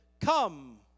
come